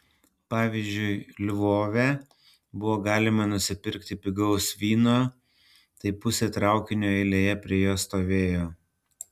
pavyzdžiui lvove buvo galima nusipirkti pigaus vyno tai pusė traukinio eilėje prie jo stovėjo